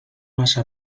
massa